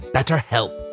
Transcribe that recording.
BetterHelp